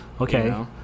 Okay